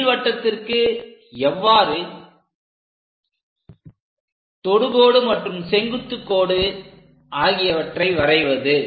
நீள்வட்டத்திற்கு எவ்வாறு தொடுகோடு மற்றும் செங்குத்துக் கோடு ஆகியவற்றை வரைவது